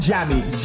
Jammies